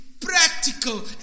practical